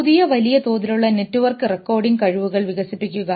പുതിയ വലിയ തോതിലുള്ള നെറ്റ്വർക്ക് റെക്കോർഡിംഗ് കഴിവുകൾ വികസിപ്പിക്കുക